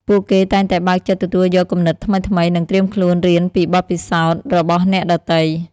ពួកគេតែងតែបើកចិត្តទទួលយកគំនិតថ្មីៗ និងត្រៀមខ្លួនរៀនពីបទពិសោធន៍របស់អ្នកដទៃ។